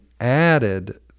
added